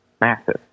massive